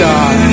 God